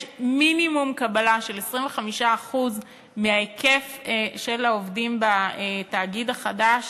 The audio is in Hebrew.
יש מינימום קבלה של 25% מהיקף העובדים בתאגיד החדש,